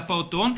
לפעוטון,